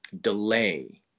delay